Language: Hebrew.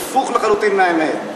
הפוך לחלוטין מהאמת.